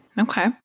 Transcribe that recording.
okay